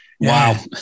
Wow